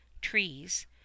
trees